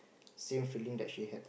same feeling that she had